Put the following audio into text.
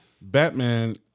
Batman